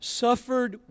suffered